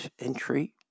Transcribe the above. entry